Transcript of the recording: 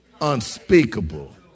unspeakable